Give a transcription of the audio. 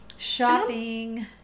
Shopping